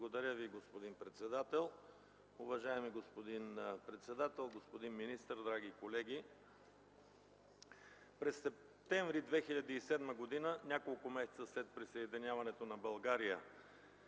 Благодаря Ви, господин председател. Уважаеми господин председател, господин министър, драги колеги! През м. септември 2007 г. – няколко месеца след присъединяването на България